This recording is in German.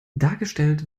dargestellt